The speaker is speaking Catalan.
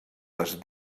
les